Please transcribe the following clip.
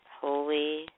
holy